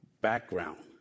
background